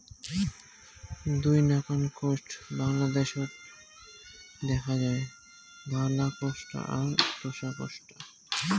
দুই নাকান কোষ্টা বাংলাদ্যাশত দ্যাখা যায়, ধওলা কোষ্টা আর তোষা কোষ্টা